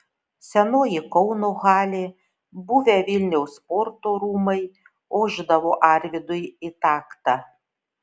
senoji kauno halė buvę vilniaus sporto rūmai ošdavo arvydui į taktą